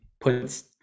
Puts